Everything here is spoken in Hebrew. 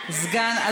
שר, צריך להצביע.